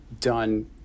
done